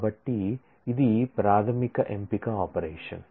కాబట్టి ఇది ప్రాథమిక ఎంపిక ఆపరేషన్